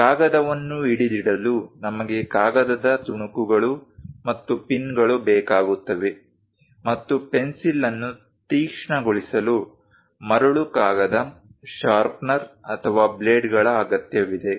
ಕಾಗದವನ್ನು ಹಿಡಿದಿಡಲು ನಮಗೆ ಕಾಗದದ ತುಣುಕುಗಳು ಮತ್ತು ಪಿನ್ಗಳು ಬೇಕಾಗುತ್ತವೆ ಮತ್ತು ಪೆನ್ಸಿಲ್ ಅನ್ನು ತೀಕ್ಷ್ಣಗೊಳಿಸಲು ಮರಳು ಕಾಗದ ಶಾರ್ಪನರ್ ಅಥವಾ ಬ್ಲೇಡ್ಗಳ ಅಗತ್ಯವಿದೆ